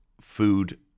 food